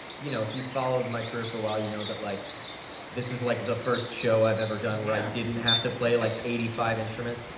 you know if you followed my career for a while, you know that, like this is like the first show i've ever done yeah. where i didn't have to play like eighty five instruments.